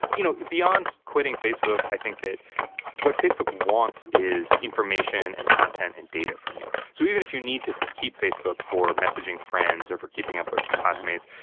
you know, beyond quitting facebook, i think that what facebook wants is information and content and data from you. so even if you need to keep facebook for messaging friends or for keeping up with classmates,